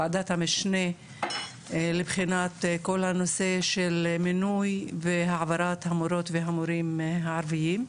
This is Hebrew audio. וועדת המשנה לבחינת כל הנושא של מינוי והעברת המורות והמורים הערביים.